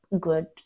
good